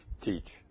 teach